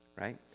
right